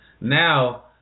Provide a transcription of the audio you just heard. Now